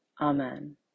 Amen